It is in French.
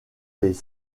les